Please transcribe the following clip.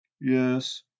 Yes